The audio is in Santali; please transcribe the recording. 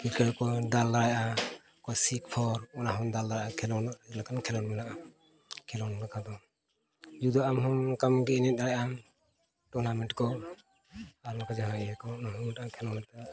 ᱠᱨᱤᱠᱮᱴ ᱚᱠᱚᱭ ᱫᱟᱞ ᱫᱟᱲᱮᱭᱟᱜᱼᱟ ᱚᱠᱚᱭ ᱥᱤᱠ ᱯᱷᱚᱨ ᱚᱱᱟ ᱦᱚᱢ ᱫᱟᱞ ᱫᱟᱲᱮᱭᱟᱜᱼᱟ ᱠᱷᱮᱞᱳᱰ ᱠᱷᱮᱞᱳᱰ ᱞᱮᱠᱟᱱ ᱠᱷᱮᱞᱳᱰ ᱢᱮᱱᱟᱜᱼᱟ ᱠᱷᱮᱞᱳᱰ ᱞᱮᱠᱟᱱ ᱫᱚ ᱡᱩᱫᱤ ᱟᱢ ᱦᱚᱸ ᱚᱱᱠᱟᱜᱮᱢ ᱮᱱᱮᱡ ᱫᱟᱲᱮᱭᱟᱜ ᱟᱢ ᱴᱩᱨᱱᱟᱢᱮᱱᱴ ᱠᱚ ᱟᱨ ᱱᱚᱝᱠᱟ ᱡᱟᱦᱟᱸ ᱤᱭᱟᱹ ᱠᱚ ᱦᱚᱸ ᱚᱱᱟ ᱦᱚᱸ ᱢᱤᱫᱴᱟᱝ ᱠᱷᱮᱞᱳᱰ ᱛᱮ